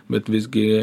bet visgi